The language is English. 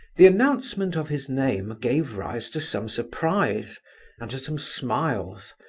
the announcement of his name gave rise to some surprise and to some smiles,